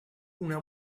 una